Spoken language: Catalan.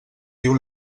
diu